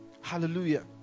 Hallelujah